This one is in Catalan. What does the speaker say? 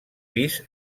pis